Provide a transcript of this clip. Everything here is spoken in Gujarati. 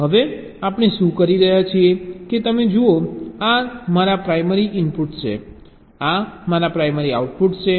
હવે આપણે શું કહી રહ્યા છીએ કે તમે જુઓ આ મારા પ્રાઇમરી ઇનપુટ્સ છે આ મારા પ્રાઇમરી આઉટપુટ છે